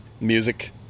Music